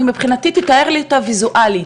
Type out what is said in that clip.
מבחינתי תתאר לי אותה ויזואלית,